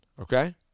Okay